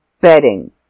bedding